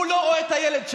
הוא לא רואה את הילד שלו.